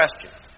question